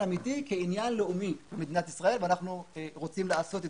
אמיתי כעניין לאומי במדינת ישראל ואנחנו רוצים לעשות זאת.